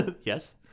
Yes